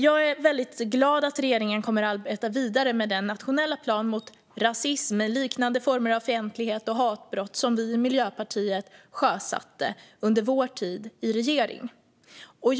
Jag är väldigt glad att regeringen kommer att arbeta vidare med den nationella plan mot rasism och liknande former av fientlighet och hatbrott som vi i Miljöpartiet sjösatte under vår tid i regeringen.